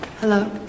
Hello